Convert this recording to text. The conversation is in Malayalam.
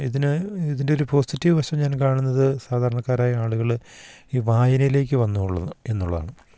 ഇതിന് ഇതിൻറ്റൊരു പോസിറ്റീവ് വശം ഞാൻ കാണുന്നത് സാധാരണക്കാരായ ആളുകൾ ഈ വായനയിലേക്ക് വന്നു എന്നുള്ളതാണ്